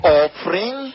offering